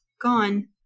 gone